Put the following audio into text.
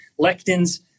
lectins